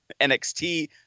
NXT